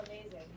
amazing